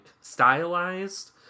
stylized